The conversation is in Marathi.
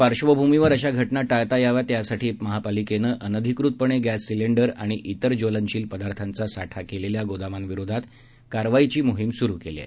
पार्श्वभूमीवर अशा घटना टाळता याव्यात यासाठी पालिकेनं अनधिकृतपणे गॅस सिलेंडर आणि तिर ज्वलनशील पदार्थांचा साठा केलेल्या गोदामांविरोधात कारवाईची मोहीम सुरु केली आहे